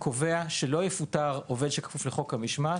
נכון להיות סעיף זה בחוק קובע שלא יפוטר עובד שכפוף לחוק המשמעת,